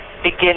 begin